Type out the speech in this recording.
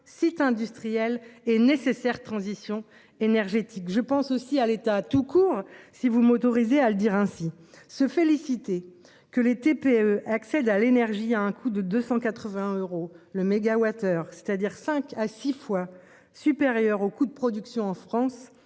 sites industriels est nécessaire transition énergétique. Je pense aussi à l'État tout court. Si vous m'autorisez à le dire ainsi se féliciter que les TPE accède à l'énergie a un coût de 280 euros le mégawattheure, c'est-à-dire 5 à 6 fois supérieur au coût de production en France